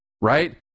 right